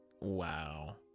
wow